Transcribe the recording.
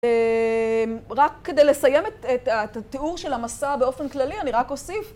רק כדי לסיים את התיאור של המסע באופן כללי, אני רק אוסיף.